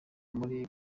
muri